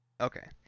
Okay